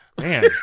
Man